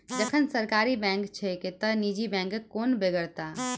जखन सरकारी बैंक छैके त निजी बैंकक कोन बेगरता?